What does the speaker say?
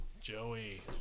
Joey